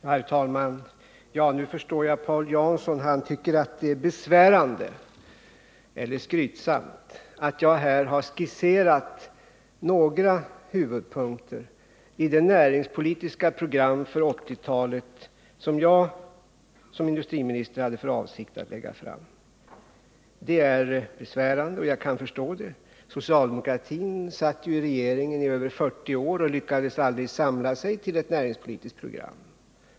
Herr talman! Nu förstår jag att Paul Jansson tycker det är besvärande, eller skrytsamt, att jag här skisserat några huvudpunkter i det näringspolitiska program för 1980-talet som jag som industriminister hade för avsikt att lägga fram. Det är besvärande, och jag kan förstå det. Socialdemokratin satt ju i regeringen över fyrtio år och lyckades aldrig samla sig till ett näringspolitiskt program.